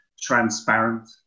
transparent